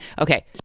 Okay